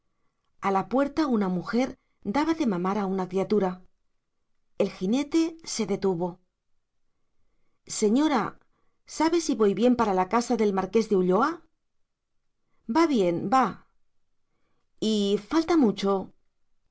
a la puerta una mujer daba de mamar a una criatura el jinete se detuvo señora sabe si voy bien para la casa del marqués de ulloa va bien va y falta mucho